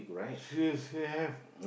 she she have